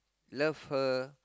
love her